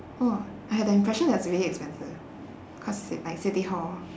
oh I had the impression that it's really expensive cause ci~ like city hall